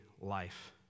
life